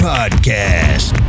Podcast